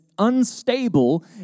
unstable